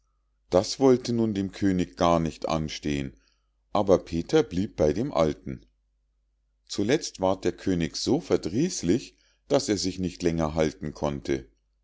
das wollte nun dem könig gar nicht anstehen aber peter blieb immer beim alten zuletzt ward der könig so verdrießlich daß er sich nicht länger halten konnte